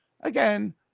Again